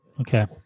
Okay